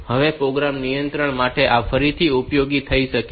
હવે પ્રોગ્રામ નિયંત્રણ માટે આ ફરીથી ઉપયોગી થઈ શકે છે